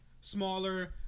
smaller